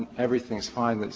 everything's fine,